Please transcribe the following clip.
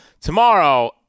tomorrow